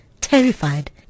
terrified